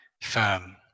firm